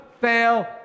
fail